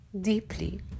deeply